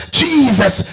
jesus